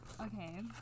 okay